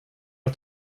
att